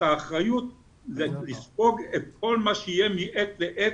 האחריות לספוג את כל מה שיהיה מעת לעת,